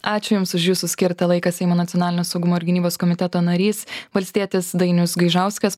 ačiū jums už jūsų skirtą laiką seimo nacionalinio saugumo ir gynybos komiteto narys valstietis dainius gaižauskas